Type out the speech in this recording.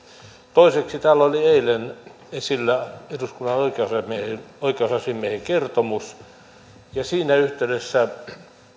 toiseksi täällä oli eilen esillä eduskunnan oikeusasiamiehen oikeusasiamiehen kertomus ja siinä yhteydessä